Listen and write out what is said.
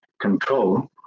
control